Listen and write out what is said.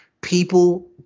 People